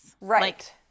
right